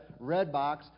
Redbox